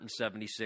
176